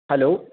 hello